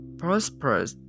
prosperous